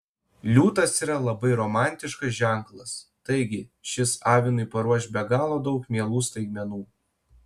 liūtas yra labai romantiškas ženklas taigi šis avinui paruoš be galo daug mielų staigmenų